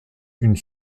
une